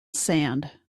sand